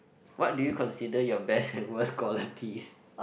what do you consider your best and worst qualities